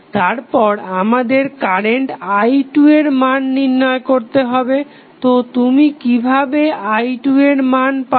তারপর আমাদের current i2 এর মান নির্ণয় করতে হবে তো তুমি কিভাবে i2 এর মান পাবে